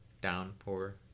downpour